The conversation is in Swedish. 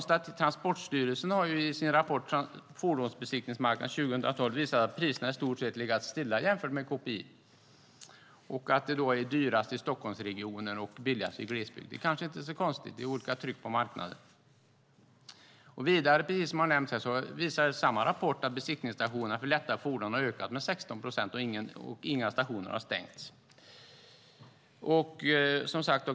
Transportstyrelsen har i sin rapport Fordonsbesiktningsmarknaden 2012 visat att priserna i stort sett legat stilla jämfört med KPI och att det är dyrast i Stockholmsregionen och billigast i glesbygd. Det kanske inte är så konstigt då det är olika tryck på marknaden. Vidare visar samma rapport, precis som har nämnts här, att antalet besiktningsstationer för lättare fordon har ökat med 16 procent och att inga stationer har stängts.